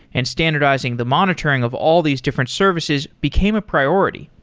and standardizing the monitoring of all these different services became a priority.